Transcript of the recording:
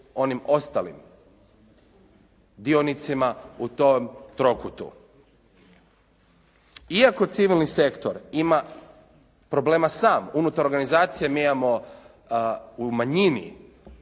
onim ostalim dionicima u tom trokutu. Iako civilni sektor ima problema sam unutar organizacije mi imamo u manjini